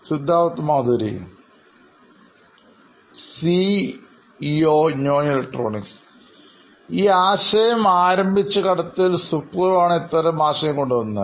Siddharth Madhuri CEO നോയിൻ electronics ഈ ആശയം ആരംഭിച്ച ഘട്ടത്തിൽ സുപ്ര ആണ് ഇത്തരമൊരു ആശയം കൊണ്ടുവന്നത്